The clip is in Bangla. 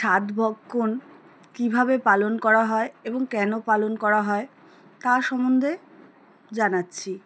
সাধ ভক্ষণ কীভাবে পালন করা হয় এবং কেন পালন করা হয় তা সম্বন্ধে জানাচ্ছি